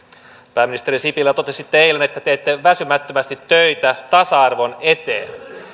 pääministeri sipilä totesitte eilen että teette väsymättömästi töitä tasa arvon eteen